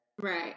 Right